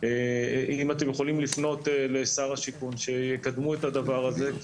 אם אתם יכולים לפנות לשר השיכון שיקדמו את הדבר הזה.